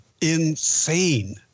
insane